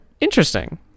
Interesting